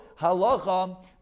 halacha